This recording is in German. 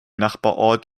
nachbarort